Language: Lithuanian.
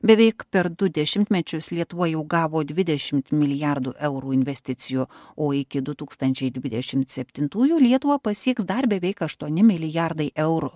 beveik per du dešimtmečius lietuva jau gavo dvidešimt milijardų eurų investicijų o iki du tūkstančiai dvidešimt septintųjų lietuvą pasieks dar beveik aštuoni milijardai eurų